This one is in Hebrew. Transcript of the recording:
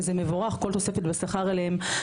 שזה מבורך כל תוספת בשכר אליהם,